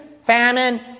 famine